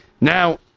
Now